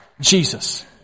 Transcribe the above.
Jesus